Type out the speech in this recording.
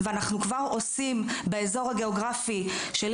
ואנחנו כבר עושים באזור הגיאוגרפי שלי